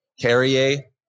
Carrier